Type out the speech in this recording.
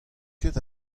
ket